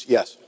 Yes